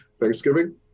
Thanksgiving